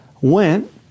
went